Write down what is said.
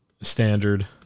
standard